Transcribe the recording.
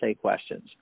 questions